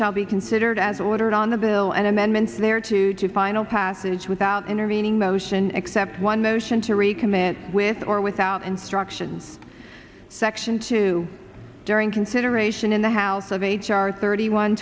shall be considered as ordered on the bill and amendments there to do a final passage without intervening motion except one motion to recommit with or without instructions section two during consideration in the house of h r thirty one